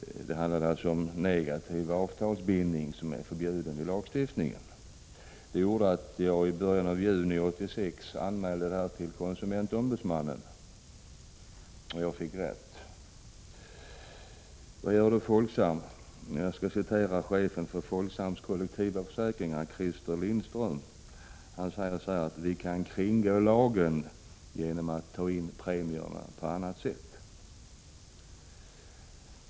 Det handlade alltså om negativ avtalsbindning, som är förbjuden i lagstiftningen. I början av juni 1986 anmälde jag detta till konsumentombudsmannen, och jag fick rätt. Vad gör då Folksam? Jo, chefen för Folksams kollektivförsäkringar, Christer Lindström, säger följande: Vi kan kringgå lagen genom att ta in premierna på annat sätt.